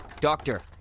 Doctor